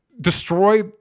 destroy